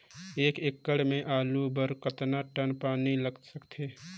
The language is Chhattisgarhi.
एक एकड़ के आलू बर कतका टन पानी लाग सकथे?